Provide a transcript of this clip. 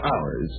hours